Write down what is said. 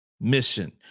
mission